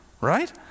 right